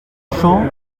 champ